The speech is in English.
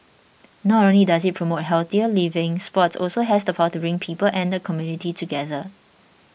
not only does it promote healthier living sports also has the power to bring people and the community together